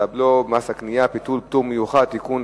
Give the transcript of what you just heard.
הבלו ומס קנייה (ביטול פטור מיוחד) (תיקון),